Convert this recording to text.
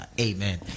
amen